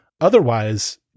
Otherwise